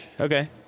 Okay